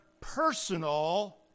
personal